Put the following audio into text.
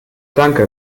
danke